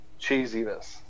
cheesiness